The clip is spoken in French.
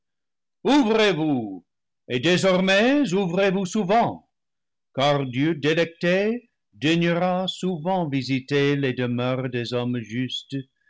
ouvrez-vous et désormais ouvrez-vous souvent car dieu délecté daignera souvent visiter les demeures des hommes justes